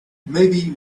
maybe